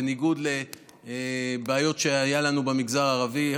בניגוד לבעיות שהיו לנו במגזר הערבי,